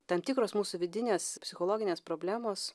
tam tikros mūsų vidinės psichologinės problemos